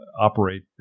operate